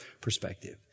perspective